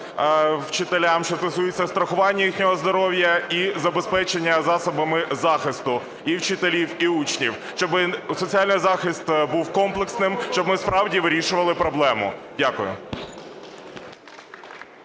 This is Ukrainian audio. вчителям, що стосуються страхування їхнього здоров'я і забезпечення засобами захисту і вчителів і учнів. Щоб соціальний захист був комплексним, щоб ми справді вирішували проблему. Дякую.